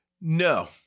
No